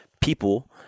people